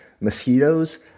Mosquitoes